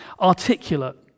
articulate